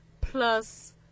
plus